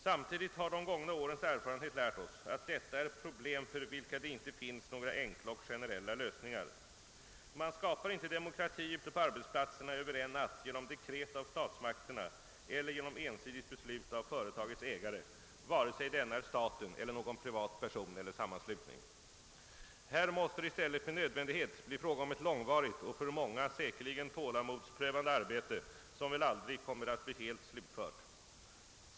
Samtidigt har de gångna årens erfarenhet lärt oss att detta är problem för vilka det inte finns några enkla och generella lösningar. Man skapar inte demokrati ute på arbetsplatserna över en natt genom dekret av statsmakterna eller genom ensidigt beslut av företagets ägare vare sig denne är staten eller någon privat person eller sammanslutning. Här måste det i stället med nödvändighet bli fråga om ett långvarigt och för många säkerligen tålamodsprövande arbete som väl aldrig kommer att bli helt slutfört.